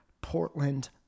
Portland